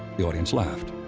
the audience laughed.